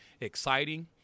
exciting